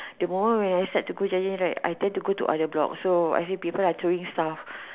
the moment when I start to going giant right I tend to go to other blocks so I see people are throwing stuffs